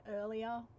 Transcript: earlier